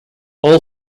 all